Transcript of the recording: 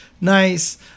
Nice